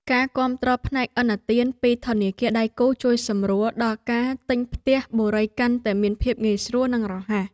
ការគាំទ្រផ្នែកឥណទានពីធនាគារដៃគូជួយសម្រួលដល់ការទិញផ្ទះបុរីកាន់តែមានភាពងាយស្រួលនិងរហ័ស។